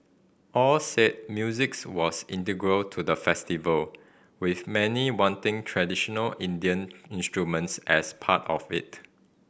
all said musics was integral to the festival with many wanting traditional Indian instruments as part of it